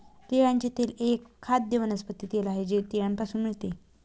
तिळाचे तेल एक खाद्य वनस्पती तेल आहे जे तिळापासून मिळते